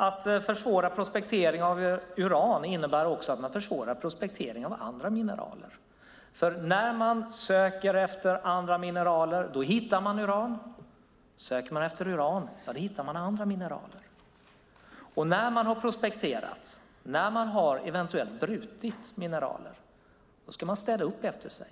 Att försvåra prospektering av uran innebär att man även försvårar prospektering av andra mineraler. När man söker efter andra mineraler hittar man uran, och söker man efter uran hittar man andra mineraler. När man har prospekterat och eventuellt brutit mineraler ska man städa upp efter sig.